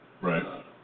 Right